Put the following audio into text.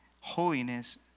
holiness